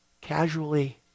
casually